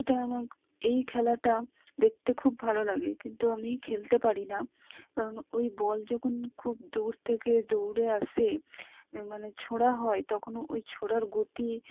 এটা আমার এই খেলাটা দেখতে খুব ভালো লাগে কিন্তু আমি খেলতে পারি না কারণ ওই বল যখন খুব দূর থেকে দৌড়ে আসে মানে ছোঁড়া হয় তখন ওই ছোঁড়ার গতি